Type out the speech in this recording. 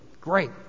Great